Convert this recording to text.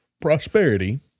prosperity